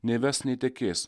neves netekės